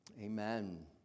Amen